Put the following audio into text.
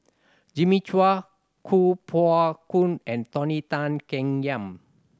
Jimmy Chua Kuo Pao Kun and Tony Tan Keng Yam